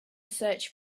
search